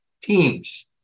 teams